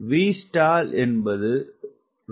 1Vstall என்பது என